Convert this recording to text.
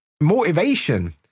motivation